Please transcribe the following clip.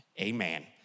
Amen